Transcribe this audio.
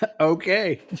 Okay